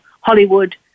Hollywood